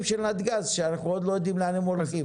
של נתגז שאנחנו עוד לא יודעים לאן הם הולכים.